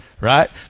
right